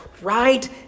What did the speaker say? Right